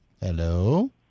Hello